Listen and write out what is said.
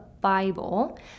Bible